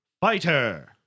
Fighter